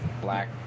black